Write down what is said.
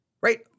right